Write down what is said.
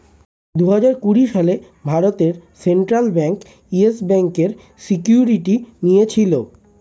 দুহাজার কুড়ি সালে ভারতের সেন্ট্রাল ব্যাঙ্ক ইয়েস ব্যাঙ্কের সিকিউরিটি নিয়েছিল